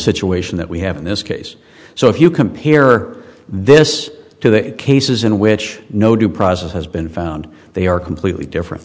situation that we have in this case so if you compare this to the cases in which no due process has been found they are completely different